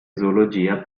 zoologia